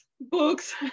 books